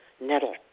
nettle